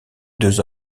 deux